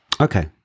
Okay